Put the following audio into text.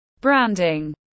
branding